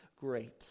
great